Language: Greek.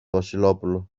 βασιλόπουλο